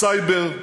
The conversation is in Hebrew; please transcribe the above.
בסייבר,